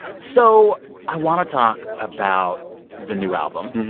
so i want to talk about the new album,